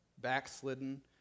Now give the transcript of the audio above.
backslidden